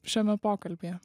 šiame pokalbyje